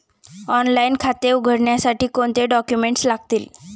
Online खाते उघडण्यासाठी कोणते डॉक्युमेंट्स लागतील?